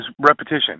repetition